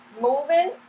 moving